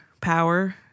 power